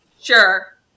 Sure